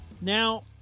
Now